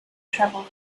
travel